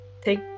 take